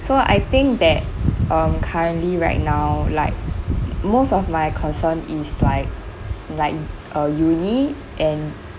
so I think that um currently right now like most of my concern is like like uh uni and